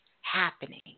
happening